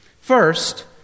first